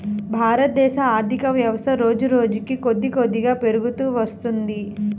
భారతదేశ ఆర్ధికవ్యవస్థ రోజురోజుకీ కొద్దికొద్దిగా పెరుగుతూ వత్తున్నది